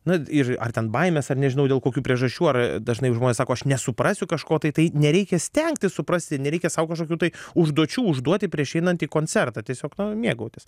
na ir ar ten baimės ar nežinau dėl kokių priežasčių ar dažnai žmonės sako aš nesuprasiu kažko tai tai nereikia stengtis suprasti nereikia sau kažkokių tai užduočių užduoti prieš einant į koncertą tiesiog mėgautis